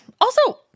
Also-